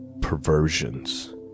perversions